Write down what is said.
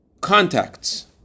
Contacts